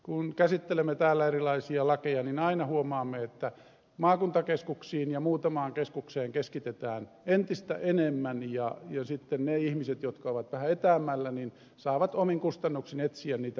kun käsittelemme täällä erilaisia lakeja niin aina huomaamme että maakuntakeskuksiin ja muutamaan keskukseen keskitetään entistä enemmän ja ne ihmiset jotka ovat vähän etäämmällä saavat omin kustannuksin etsiä niitä palveluja